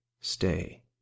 Stay